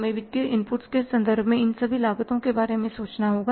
हमें वित्तीय इनपुट्स के संदर्भ में इन सभी लागतों के बारे में सोचना होगा